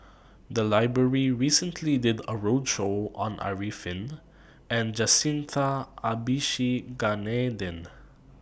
The Library recently did A roadshow on Arifin and Jacintha Abisheganaden